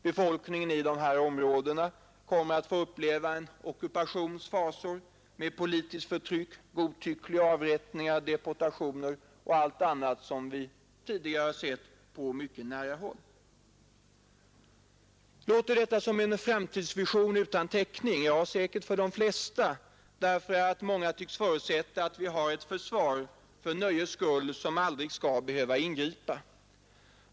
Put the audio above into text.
Befolkningen i dessa områden kommer att få uppleva en ockupations fasor med politiskt förtryck, godtyckliga avrättningar, deportationer och allt annat som vi tidigare sett på mycket nära håll. Låter detta som en framtidsvision utan täckning? Ja, säkert för de flesta, därför att många tycks förutsätta att vi har ett försvar för nöjes skull som aldrig skall behöva ingripa.